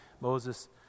Moses